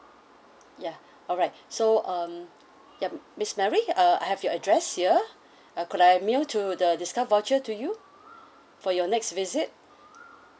ya alright so um yup miss mary uh I have your address here uh could I mail to the discount voucher to you for your next visit